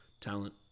talent